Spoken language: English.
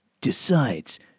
decides